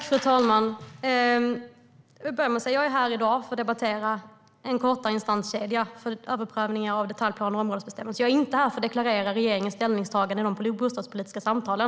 Fru talman! Jag är här i dag för att debattera en kortare instanskedja för överprövning av detaljplaner och områdesbestämmelser. Jag är inte här för att deklarera regeringens ställningstaganden i de bostadspolitiska samtalen.